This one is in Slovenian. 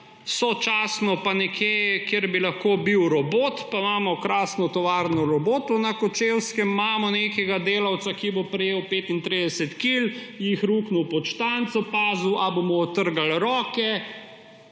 sočasno pa nekje, kjer bi lahko bil robot pa imamo krasno tovarno robotov na Kočevskem, imamo nekega delavca, ki bo prijel 35 kil, jih ruknil pod štanco, pazil, ali mu bo odtrgalo roke